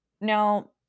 Now